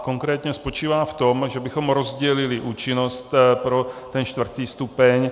Konkrétně spočívá v tom, že bychom rozdělili účinnost pro ten čtvrtý stupeň.